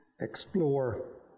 explore